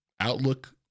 Outlook